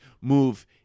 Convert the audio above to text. move